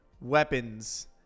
weapons